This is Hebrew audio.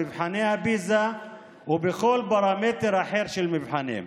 במבחני הפיז"ה ובכל פרמטר אחר של מבחנים.